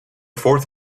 fourth